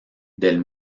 del